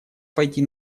пойти